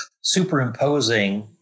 superimposing